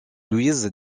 louise